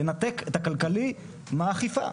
לנתק את הכלכלי מהאכיפה.